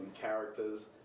characters